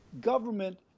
Government –